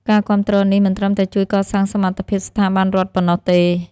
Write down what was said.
ការគាំទ្រនេះមិនត្រឹមតែជួយកសាងសមត្ថភាពស្ថាប័នរដ្ឋប៉ុណ្ណោះទេ។